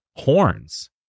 horns